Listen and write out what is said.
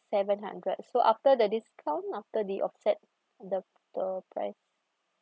seven hundred so after the discount after the offset total price